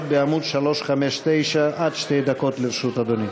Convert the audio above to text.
בעמוד 359. עד שתי דקות לרשות אדוני.